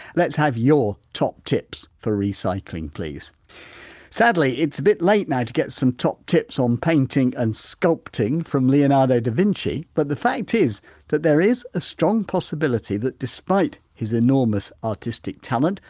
let's have your top tips for recycling please sadly, it's a bit late now to get some top tips on painting and sculpting from leonardo da vinci but the fact is that there is a strong possibility that despite his enormous artistic talent,